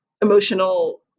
emotional